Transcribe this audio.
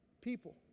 People